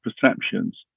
perceptions